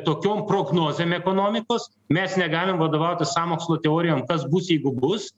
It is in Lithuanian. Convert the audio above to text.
tokiom prognozėm ekonomikos mes negalim vadovautis sąmokslo teorijom kas bus jeigu bus